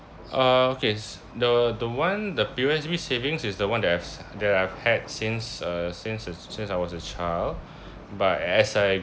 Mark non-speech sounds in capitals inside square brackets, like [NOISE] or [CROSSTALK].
uh okay the the one the P_O_S_B savings is the one that I've that I've had since uh since since I was a child [BREATH] but as I